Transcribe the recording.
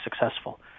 successful